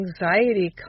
Anxiety